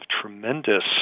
tremendous